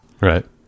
Right